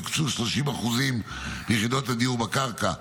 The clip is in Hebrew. יוקצו 30% מיחידות הדיור בקרקע,